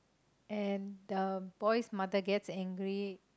and the boy's mother gets angry